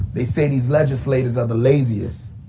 they say these legislators are the laziest.